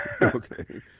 Okay